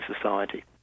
society